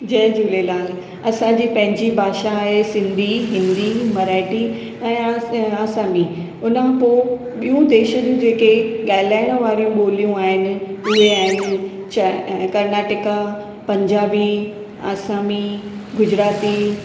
जय झूलेलाल असांजी पंहिंजी भाषा आहे सिंधी हिंदी मराठी ऐं असमी उन खां पोइ ॿियूं देश जूं जेके ॻाल्हाइण वारियूं ॿोलियूं आहिनि उहे आहिनि चाए कर्नाटका पंजाबी असमी गुजराती